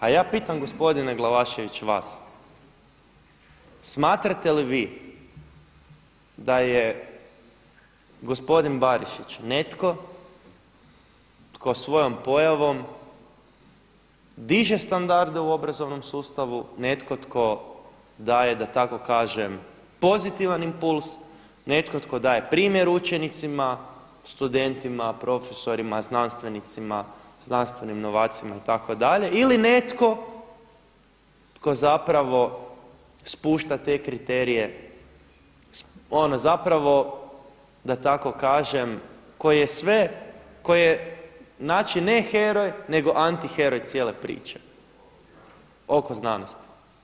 A ja pitam gospodine Glavašević vas, smatrate li vi da je gospodin Barišić netko tko svojom pojavom diže standarde u obrazovnom sustavu, netko tko daje da tako kažem pozitivan impuls, netko tko daje primjer učenicima, studentima, profesorima, znanstvenicima, znanstvenim novacima itd. ili netko tko zapravo spušta te kriterije, ono zapravo da tako kažem koji je sve znači ne heroj nego antiheroj cijele priče oko znanosti?